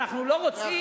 אנחנו לא רוצים,